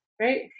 right